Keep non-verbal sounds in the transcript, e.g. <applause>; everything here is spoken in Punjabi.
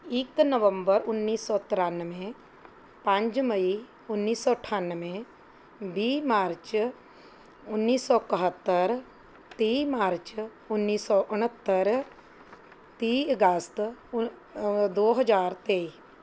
ਇੱਕ ਨਵੰਬਰ ਉੱਨੀ ਸੌ ਤਿਰਾਨਵੇਂ ਪੰਜ ਮਈ ਉੱਨੀ ਸੌ ਅਠਾਨਵੇਂ ਵੀਹ ਮਾਰਚ ਉੱਨੀ ਸੌ ਇਕੱਹਤਰ ਤੀਹ ਮਾਰਚ ਉੱਨੀ ਸੌ ਉਨ੍ਹੱਤਰ ਤੀਹ ਅਗਸਤ <unintelligible> ਦੋ ਹਜ਼ਾਰ ਤੇਈ